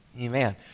Amen